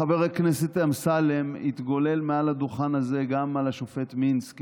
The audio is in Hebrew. חבר הכנסת אמסלם התגולל מעל הדוכן הזה גם על השופט מינץ,